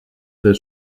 del